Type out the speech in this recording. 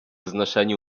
znoszeniu